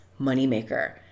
moneymaker